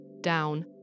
down